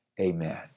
Amen